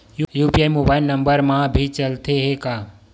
UPI mobile number मा भी चलते हे का?